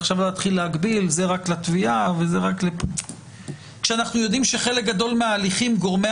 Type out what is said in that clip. והרי אנחנו גם יודעים שבחלק גדול מההליכים גורמי